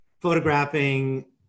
photographing